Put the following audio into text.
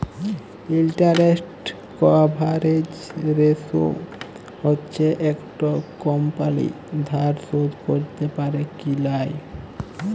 interest coverage ratio হচ্যে একট company ধার শোধ ক্যরতে প্যারে কি লায়